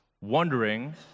wondering